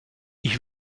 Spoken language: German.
ich